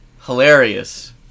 hilarious